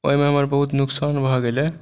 ओहिमे हमर बहुत नुकसान भऽ गेलै